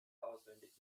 auswendig